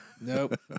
Nope